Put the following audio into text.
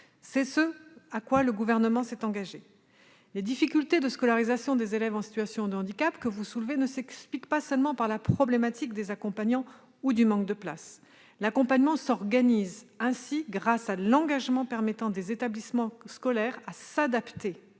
C'est ce à quoi le Gouvernement s'est engagé. Les difficultés de scolarisation des élèves en situation de handicap que vous évoquez ne s'expliquent pas seulement par la problématique des accompagnants ou du manque de places. L'accompagnement s'organise ainsi grâce à l'engagement permanent des établissements scolaires à s'adapter